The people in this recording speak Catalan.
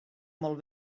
molt